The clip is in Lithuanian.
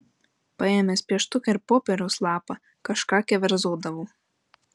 paėmęs pieštuką ir popieriaus lapą kažką keverzodavau